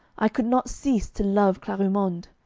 i could not cease to love clarimonde,